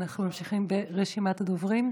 אנחנו ממשיכים ברשימת הדוברים.